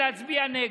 ולהצביע נגד.